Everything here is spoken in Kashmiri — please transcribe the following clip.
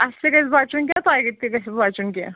اَسہِ تہِ گژھِ بَچُن کیٚنٛہہ تۄہہِ تہِ گژھِ بَچُن کیٚنٛہہ